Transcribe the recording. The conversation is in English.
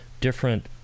different